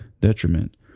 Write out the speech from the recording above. detriment